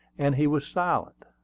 and he was silent.